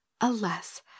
alas